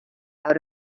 out